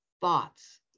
thoughts